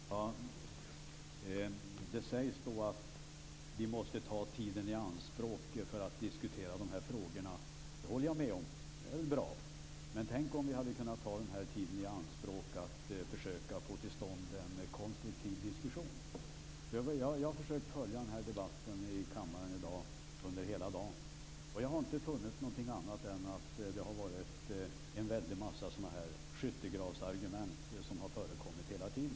Fru talman! Det sägs att vi måste ta tiden i anspråk för att diskutera de här frågorna. Det håller jag med om. Det är väl bra. Men tänk om vi hade kunnat ta den här tiden i anspråk till att försöka få till stånd en konstruktiv diskussion! Jag har försökt att följa den här debatten i kammaren under hela dagen. Och jag har inte funnit något annat än att det har varit en väldig massa sådana här skyttegravsargument som har förekommit hela tiden.